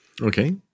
Okay